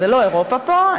זה לא אירופה פה,